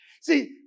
See